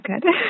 good